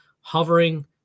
hovering